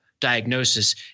diagnosis